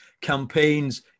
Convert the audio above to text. campaigns